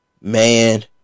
Man